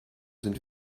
sind